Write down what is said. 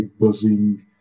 buzzing